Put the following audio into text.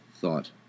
thought